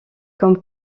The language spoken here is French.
comme